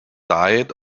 diet